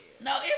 no